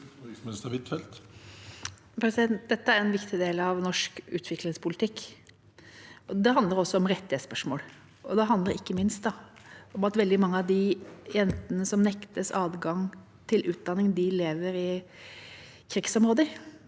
Huitfeldt Dette er en viktig del av norsk utviklingspolitikk. Det handler også om rettighetsspørsmål. Det handler ikke minst om at veldig mange av de jentene som nektes adgang til utdanning, lever i krigsområder.